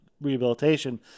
rehabilitation